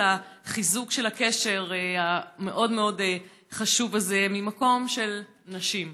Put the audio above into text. החיזוק הקשר המאוד-מאוד-חשוב הזה ממקום של נשים,